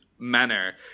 manner